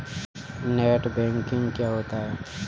Net banking क्या होता है?